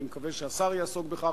אני מקווה שהשר יעסוק בכך,